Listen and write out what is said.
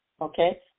Okay